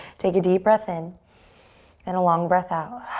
take a deep breath in and a long breath out.